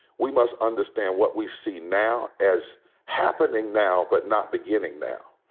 we must understand what we see now as happening now but not beginning now.